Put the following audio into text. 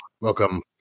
welcome